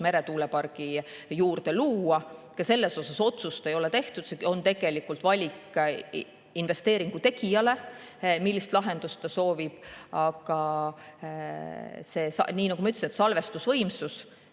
meretuulepargi juurde luua. Ka seda otsust ei ole tehtud, see on tegelikult investeeringu tegija valik, millist lahendust ta soovib. Aga nagu ma ütlesin, salvestusvõimsus,